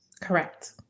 Correct